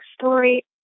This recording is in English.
story